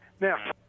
Now